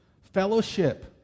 Fellowship